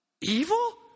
Evil